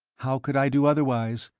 how could i do otherwise?